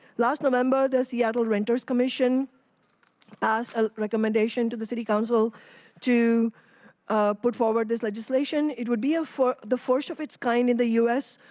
last november, the seattle renters commission asked a recommendation to the city council to put forward this legislation. it would be the first of its kind in the u s,